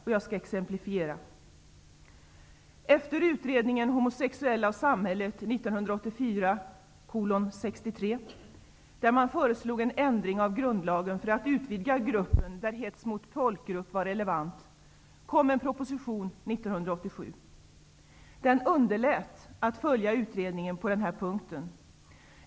Låt mig exemplifiera: 1984:63, i vilken man föreslog en ändring av grundlagen för att utvidga gruppen, där uttrycket hets mot folkgrupp var relevant, kom en proposition 1987. I den underlät man att följa utredningen på den här punkten.